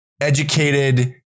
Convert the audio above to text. Educated